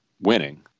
winning